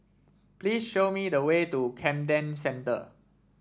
please show me the way to Camden Centre